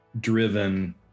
driven